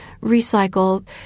recycle